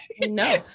no